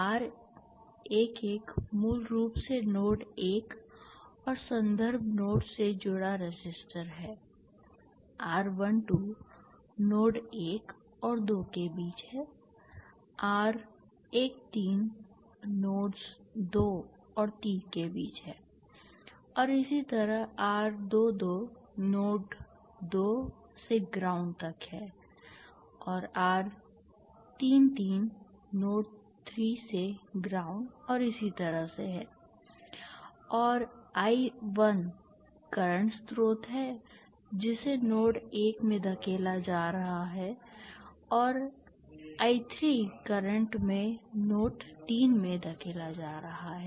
R11 मूल रूप से नोड 1 और संदर्भ नोड से जुड़ा रेसिस्टर है R12 नोड 1 और 2 के बीच है R13 नोड्स 2 और 3 के बीच है और इसी तरह R22 नोड 2 से ग्राउंड तक है और R33 नोड 3 से ग्राउंड और इसी तरह से है और I 1 करंट स्रोत है जिसे नोड 1 में धकेला जा रहा है और I 3 करंट में नोड 3 में धकेला जा रहा है